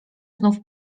znów